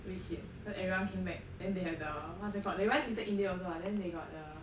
very sian cause everyone came back then they have the what's that called they went little india also then they got the